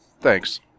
thanks